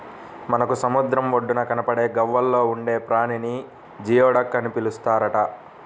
మనకు సముద్రం ఒడ్డున కనబడే గవ్వల్లో ఉండే ప్రాణిని జియోడక్ అని పిలుస్తారట